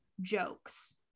jokes